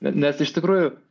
nes iš tikrųjų